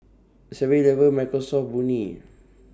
Seven Eleven Microsoft Burnie